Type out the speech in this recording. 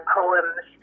poems